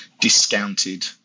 discounted